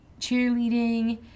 cheerleading